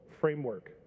framework